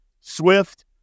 Swift